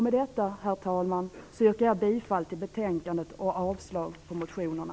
Med detta, herr talman, yrkar jag bifall till utskottets hemställan i betänkandet och avslag på motionerna.